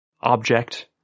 object